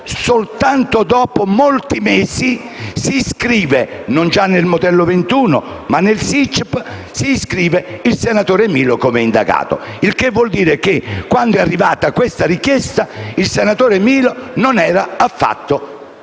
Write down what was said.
soltanto dopo molti mesi, si iscrive (non già nel modello 21, ma nel SICP) il senatore Milo come indagato. Ciò vuol dire che, quando è arrivata questa richiesta il senatore Milo non risultava affatto